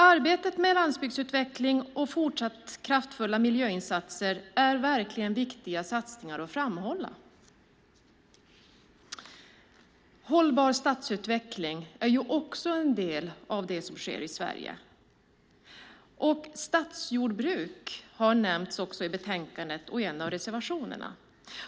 Arbetet med landsbygdsutveckling och fortsatt kraftfulla miljöinsatser är verkligen viktiga satsningar att framhålla. Hållbar stadsutveckling är också en del av det som sker i Sverige. Stadsjordbruk har nämnts i betänkandet och i en av reservationerna.